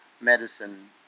medicine